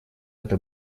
эта